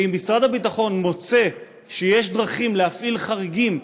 ואם משרד הביטחון מוצא שיש דרכים להפעיל חריגים,